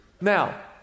Now